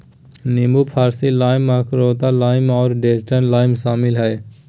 नींबू फारसी लाइम, मकरुत लाइम और डेजर्ट लाइम शामिल हइ